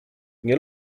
nie